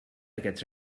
aquests